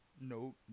nope